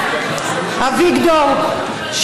אביגדור,